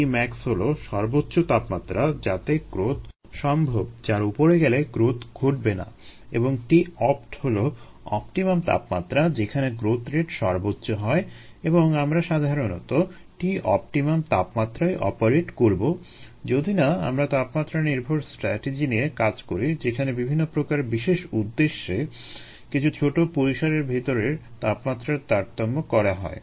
Tmax হলো সর্বোচ্চ তাপমাত্রা যাতে গ্রোথ সম্ভব যার উপরে গেলে গ্রোথ ঘটবে না এবং T opt হলো অপটিমাম তাপমাত্রা যেখানে গ্রোথ রেট সর্বোচ্চ হয় এবং আমরা সাধারণত T optimum তাপমাত্রায় অপারেট করবো যদি না আমরা তাপমাত্রা নির্ভর স্ট্রাটেজি নিয়ে কাজ করি যেখানে বিভিন্ন প্রকার বিশেষ উদ্দেশ্যে কিছু ছোট পরিসরের ভিতরের তাপমাত্রার তারতম্য করা হয়